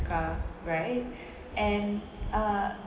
uh right and uh